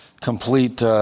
complete